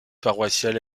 paroissiale